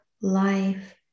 life